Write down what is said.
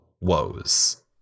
woes